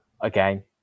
again